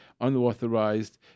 unauthorized